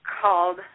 called